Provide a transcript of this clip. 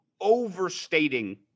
overstating